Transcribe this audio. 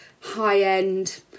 high-end